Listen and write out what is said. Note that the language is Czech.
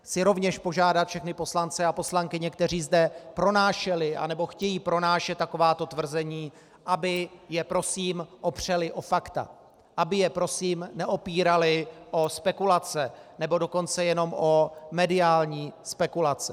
Chci rovněž požádat všechny poslance a poslankyně, kteří zde pronášeli anebo chtějí pronášet takováto tvrzení, aby je prosím opřeli o fakta, aby je prosím neopírali o spekulace, nebo dokonce jenom o mediální spekulace.